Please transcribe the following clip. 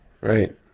Right